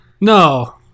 No